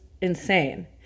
insane